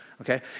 Okay